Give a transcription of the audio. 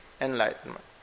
enlightenment